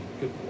Good